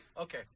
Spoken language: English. Okay